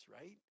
right